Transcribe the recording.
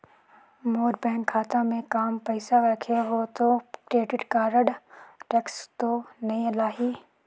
मोर bank खाता मे काम पइसा रखे हो तो क्रेडिट कारड टेक्स तो नइ लाही???